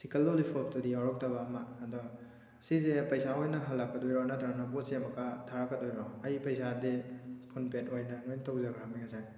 chicken ꯂꯣꯂꯤꯄꯣꯞꯇꯨꯗꯤ ꯌꯥꯎꯔꯛꯇꯕ ꯑꯃ ꯑꯗꯣ ꯁꯤꯁꯦ ꯄꯩꯁꯥ ꯑꯣꯏꯅ ꯍꯜꯂꯛꯀꯗꯣꯏꯔꯥ ꯅꯠꯇ꯭ꯔꯒꯅ ꯄꯣꯠꯁꯦ ꯑꯃꯨꯛꯀ ꯊꯥꯔꯛꯀꯗꯣꯏꯔꯣ ꯑꯩ ꯄꯩꯁꯥꯗꯤ ꯐꯨꯜ ꯄꯦꯠ ꯑꯣꯏꯅ ꯂꯣꯏ ꯇꯧꯖꯈ꯭ꯔꯃꯦ ꯉꯁꯥꯏ